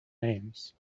names